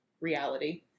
reality